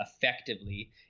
effectively